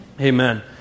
Amen